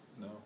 No